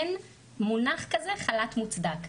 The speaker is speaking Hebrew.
אין מונח כזה חל"ת מוצדק.